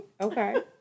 Okay